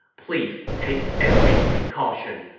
please take every precaution.